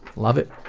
love it.